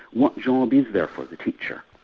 what job is there for the teacher?